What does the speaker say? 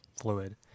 fluid